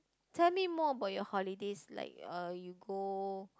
tell me more about your holidays like uh you go